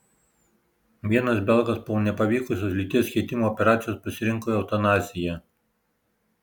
vienas belgas po nepavykusios lyties keitimo operacijos pasirinko eutanaziją